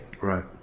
Right